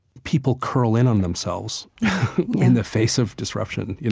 people curl in on themselves in the face of disruption. you